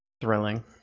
thrilling